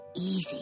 easy